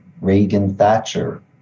Reagan-Thatcher